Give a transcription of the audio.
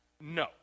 no